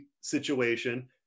situation